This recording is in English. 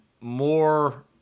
more